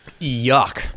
Yuck